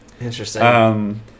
interesting